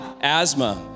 Asthma